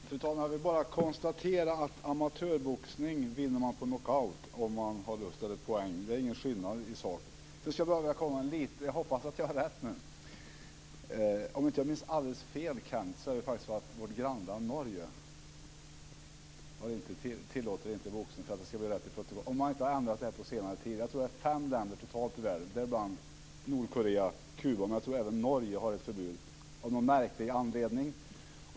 Fru talman! Jag vill bara konstatera att i amatörboxning vinner man på knockout om man har inhöstade poäng. Det är ingen skillnad i sak. Sedan skulle jag vilja komma med en liten sak - hoppas att jag har rätt. Om jag inte minns alldeles fel, Kenth Högström, är det så att vårt grannland Norge inte tillåter boxning - detta för att det ska bli rätt i protokollet. Om man inte har ändrat det på senare tid är det så. Det är Nordkorea och Kuba, men jag tror att även Norge har ett förbud av någon märklig anledning.